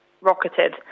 rocketed